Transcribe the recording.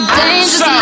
dangerous